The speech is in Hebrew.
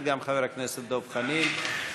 איננו מוודא,